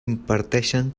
imparteixen